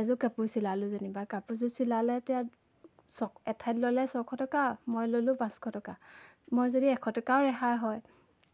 এযোৰ কাপোৰ চিলালোঁ যেনিবা কাপোৰযোৰ চিলালে তেতিয়া এঠাইত ল'লে ছশ টকা মই ল'লোঁ পাঁচশ টকা মই যদি এশ টকাও ৰেহাই হয়